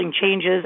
changes